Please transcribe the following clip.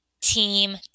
team